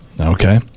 Okay